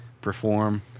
perform